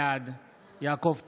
בעד יעקב טסלר,